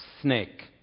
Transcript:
snake